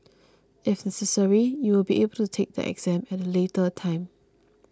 if necessary you will be able to take the exam at a later time